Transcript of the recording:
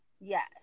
Yes